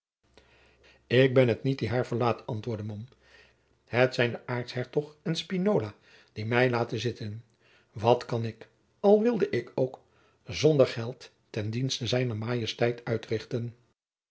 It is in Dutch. ik ben het niet die haar verlaat antwoordde mom het zijn de aartshertog en spinola die jacob van lennep de pleegzoon mij laten zitten wat kan ik al wilde ik ook zonder geld ten dienste zijner majesteit uitrichten